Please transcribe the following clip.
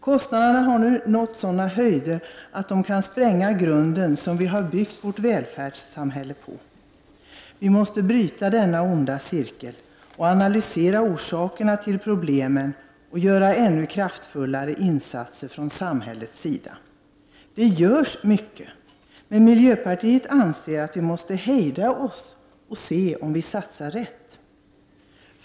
Kostnaderna har nu nått sådana höjder att de kan spränga grunden som vi har byggt vårt välfärdssamhälle på. Vi måste bryta denna onda cirkel, analysera orsakerna till problemen och göra ännu kraftfullare insatser från samhällets sida. Det görs mycket, men miljöpartiet anser att vi måste hejda oss och se om vi satsar rätt.